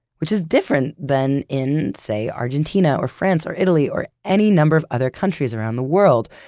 which is different than in, say argentina or france or italy or any number of other countries around the world,